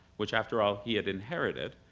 which after all he had inherited,